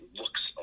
looks